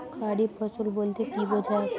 খারিফ ফসল বলতে কী বোঝায়?